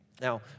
Now